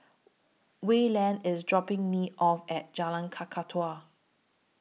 Wayland IS dropping Me off At Jalan Kakatua